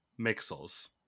Mixel's